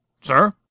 Sir